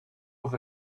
with